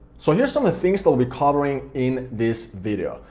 so here's some of the things that i'll be covering in this video.